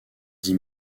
dix